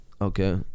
Okay